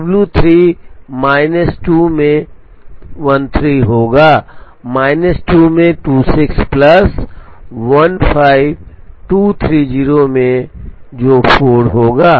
W 3 minus 2 में 13 होगा minus 2 में 26 प्लस 15 230 में जो 4 होगा